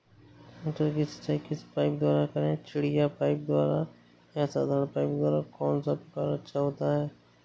मटर की सिंचाई किस पाइप द्वारा करें चिड़िया पाइप द्वारा या साधारण पाइप द्वारा कौन सा प्रकार अच्छा होता है?